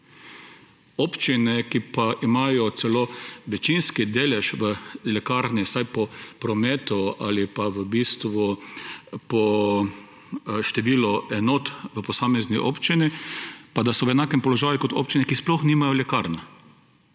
Občine, ki pa imajo celo večinski delež v lekarni, vsaj po prometu ali pa v bistvu po številu enot v posamezni občini, pa da so v enakem položaju kot občine, ki sploh nimajo lekarn.